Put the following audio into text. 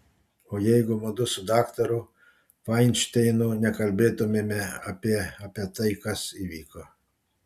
o jeigu mudu su daktaru fainšteinu nekalbėtumėme apie apie tai kas įvyko